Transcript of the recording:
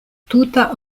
tuta